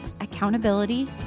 accountability